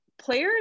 players